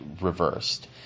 reversed